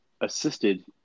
assisted